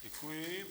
Děkuji.